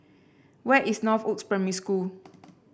where is Northoaks Primary School